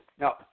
Now